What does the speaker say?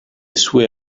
sue